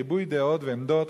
ריבוי דעות ועמדות,